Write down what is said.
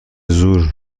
زور